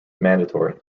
mandatory